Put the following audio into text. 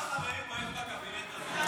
כמה חברים היו בקבינט הזה?